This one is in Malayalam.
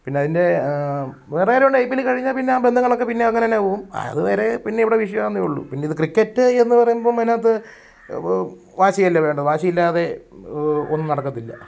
പിന്നെ അതിൻ്റെ വേറെ ആരും ഐ പി എൽ കഴിഞ്ഞാൽ പിന്നെ ആ ബന്ധങ്ങളൊക്കെ പിന്നെ അങ്ങനെതന്നെ പോകും അതുവരെ പിന്നെ ഇവിടെ വിഷയമാണെന്നേ ഉളളൂ പിന്നെ ഇത് ക്രിക്കറ്റ് എന്ന് പറയുമ്പം അതിനകത്ത് വാശിയല്ലേ വേണ്ടത് വാശിയില്ലാതെ ഒന്നും നടക്കത്തില്ല